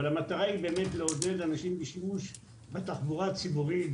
אבל המטרה היא באמת לעודד אנשים בשימוש בתחבורה הציבורית,